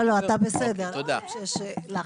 לא לא, אתה בסדר, אנחנו יודעים שיש לחץ.